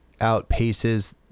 outpaces